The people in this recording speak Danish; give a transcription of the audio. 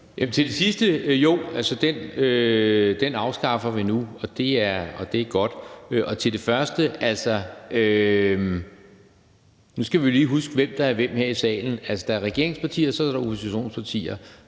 Til det sidste vil jeg sige jo. Den afskaffer vi nu, og det er godt. Til det første vil jeg sige, at nu skal vi jo lige huske, hvem der er hvem her i salen. Der er regeringspartier, og så er der oppositionspartier,